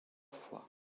fois